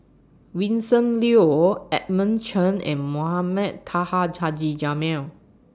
Vincent Leow Edmund Chen and Mohamed Taha Haji Jamil